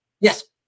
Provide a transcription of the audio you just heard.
Yes